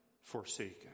forsaken